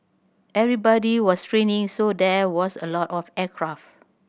everybody was training so there was a lot of aircraft